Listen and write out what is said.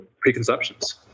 preconceptions